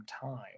time